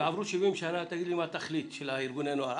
ועברו 70 שנה אנא אמור לי מה התכלית של ארגוני הנוער.